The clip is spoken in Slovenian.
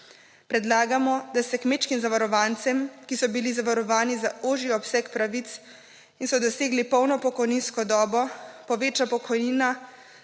Predlagamo, da se kmečkim zavarovancem, ki so bili zavarovani za ožji obseg pravic in so dosegli polno pokojninsko dobo poveča pokojnina